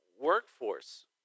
workforce